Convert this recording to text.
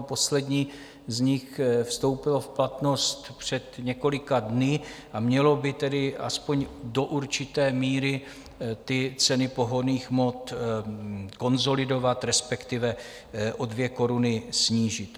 To poslední z nich vstoupilo v platnost před několika dny a mělo by aspoň do určité míry ceny pohonných hmot konsolidovat, respektive o dvě koruny snížit.